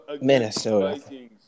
Minnesota